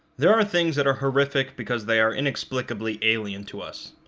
there are things that are horrific because they are inexplicably alien to us.